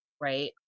Right